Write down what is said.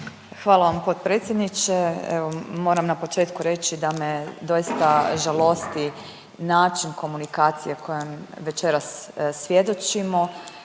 Hvala vam potpredsjedniče. Evo, moram na početku reći da me doista žalosti način komunikacije kojom večeras svjedočimo